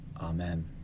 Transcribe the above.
Amen